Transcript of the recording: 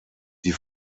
die